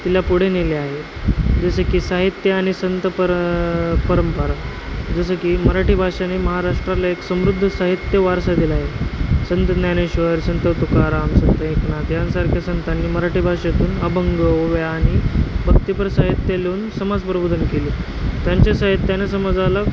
तिला पुढे नेले आहे जसे की साहित्य आणि संत पर परंपरा जसं की मराठी भाषाने महाराष्ट्राला एक समृद्ध साहित्य वारसा दिला आहे संत ज्ञानेश्वर संत तुकाराम संत एकनाथ यांसारख्या संतांनी मराठी भाषेतून अभंग ओव्या आणि भक्तीपर साहित्य लिहून समाजप्रबोधन केले त्यांच्या साहित्यानं समाजाला